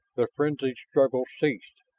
the frenzied struggles ceased.